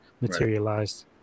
materialized